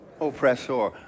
oppressor